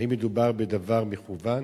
האם מדובר בדבר מכוון?